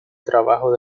trabajo